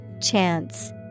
Chance